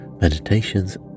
meditations